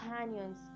companions